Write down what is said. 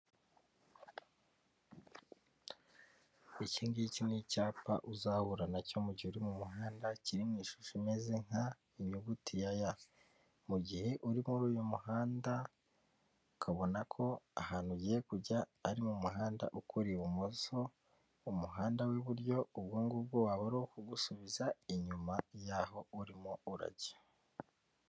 Iki ngiki ni icyapa uzahura nacyo mu gihe uri mu muhanda kiri mu ishusho imeze nka inyuguti ya ya mu gihe uri muri uyu muhanda ukabona ko ahantu ugiye kujya ari mu muhanda ukurira ibumoso, umuhanda w'iburyo ubwo ngubwo waba ari kugusubiza inyuma yaho urimo urajya.